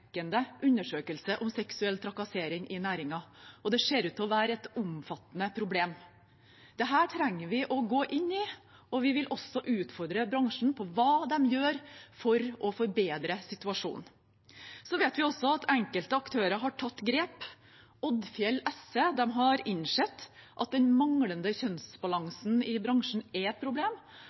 undersøkelse om seksuell trakassering i næringen, og det ser ut til å være et omfattende problem. Dette trenger vi å gå inn i, og vi vil også utfordre bransjen på hva de gjør for å forbedre situasjonen. Så vet vi at enkelte aktører har tatt grep. Odfjell SE har innsett at den manglende kjønnsbalansen i bransjen er et problem